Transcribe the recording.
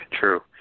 True